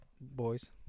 Boys